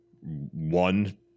one